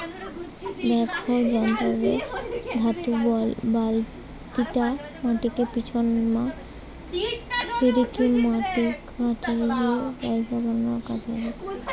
backhoe যন্ত্র রে ধাতু বালতিটা মাটিকে পিছনমা সরিকি মাটি কাটিকি জায়গা বানানার কাজ হয়